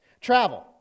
Travel